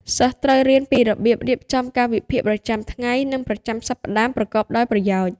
សិស្សត្រូវរៀនពីរបៀបរៀបចំកាលវិភាគប្រចាំថ្ងៃនិងប្រចាំសប្តាហ៍ប្រកបដោយប្រយោជន៍។